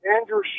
Andrew